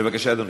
בבקשה, אדוני.